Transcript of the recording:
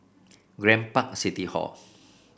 Grand Park City Hall